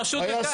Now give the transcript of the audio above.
פשוט וקל.